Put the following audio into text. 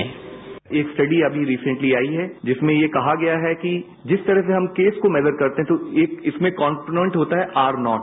bite एक study अमी recently आई है जिसमें ये कहा गया है कि जिस तरह से हम केस को मैजर करते हैं तो एक इसमें कॉम्पोनेंट होता है आर नॉट